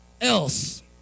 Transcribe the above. else